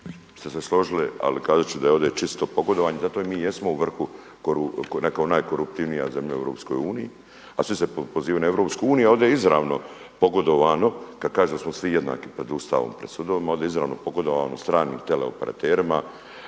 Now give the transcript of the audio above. ste se složili, ali kazat ću da je ovdje čisto pogodovanje. Zato mi i jesmo u vrhu kao najkoruptivnija zemlja u Europskoj uniji, a svi se pozivaju na Europsku uniju. Ovdje je izravno pogodovano kada kaže da smo svi jednaki pred Ustavom, pred sudovima, ovdje je izravno pogodovano stranim teleoperaterima